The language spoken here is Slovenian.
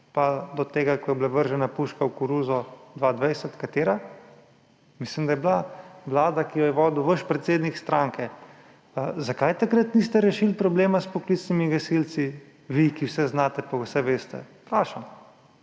pa do takrat, ko je bila vržena puška v koruzo 2020? Katera? Mislim, da je bila vlada, ki jo je vodil vaš predsednik stranke. Zakaj takrat niste rešili problema s poklicnimi gasilci, vi, ki vse znate pa vse veste? Vprašam.